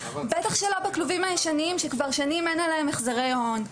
בטח שלא בכלובים הישנים שכבר שנים אין עליהם החזרי הון.